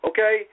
Okay